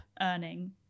earning